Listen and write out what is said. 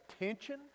attention